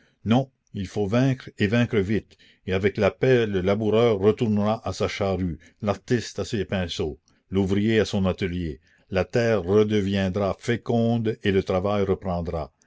non il faut vaincre et vaincre vite et avec la paix le laboureur retournera à sa charrue l'artiste à ses pinceaux l'ouvrier à son atelier la terre redeviendra féconde et le travail reprendra